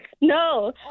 No